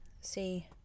See